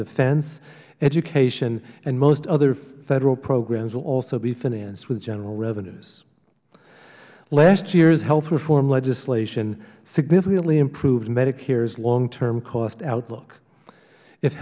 defense education and most other federal programs will also be financed with general revenues last year's health reform legislation significantly improved medicare's longterm cost outlook if